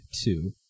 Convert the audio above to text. two